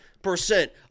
percent